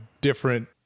different